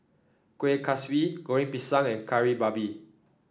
Kuih Kaswi Goreng Pisang and Kari Babi